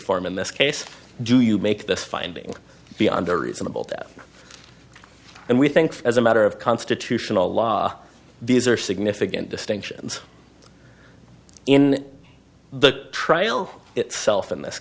form in this case do you make this finding beyond a reasonable doubt and we think as a matter of constitutional law these are significant distinctions in the trial itself in this